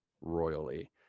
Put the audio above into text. royally